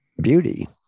beauty